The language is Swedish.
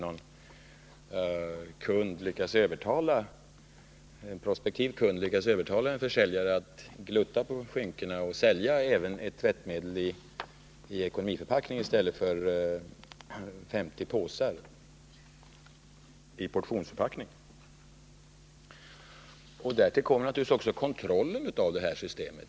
Annars kunde ju någon prospektiv kund lyckas övertala en säljare att glutta på skynket och sälja även ett tvättmedel i ekonomiförpackning i stället för 50 portionsförpackningar. Därtill kommer naturligtvis också kontrollen av systemet.